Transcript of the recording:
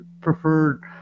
preferred